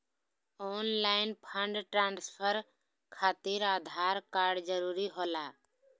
Online fund transfer खातिर Aadhaar card जरूरी होला?